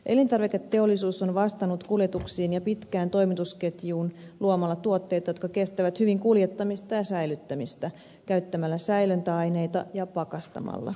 elintarviketeollisuus on vastannut kuljetuksiin ja pitkään toimitusketjuun luomalla tuotteet jotka kestävät hyvin kuljettamista ja säilyttämistä käyttämällä säilöntäaineita ja pakastamalla